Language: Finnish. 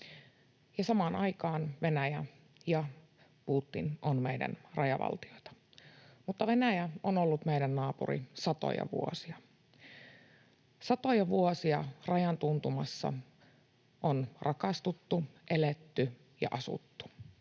samaan aikaan Venäjä ja Putin on meidän rajavaltioita. Mutta Venäjä on ollut meidän naapuri satoja vuosia. Satoja vuosia rajan tuntumassa on rakastuttu, eletty ja asuttu.